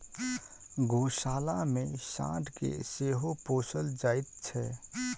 गोशाला मे साँढ़ के सेहो पोसल जाइत छै